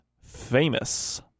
Famous